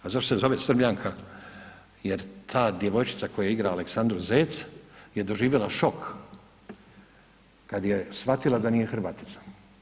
A zašto se zove Srbljanka jer ta djevojčica koja igra Aleksandru Zec je doživjela šok kad je shvatila da nije Hrvatica.